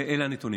אלה הנתונים.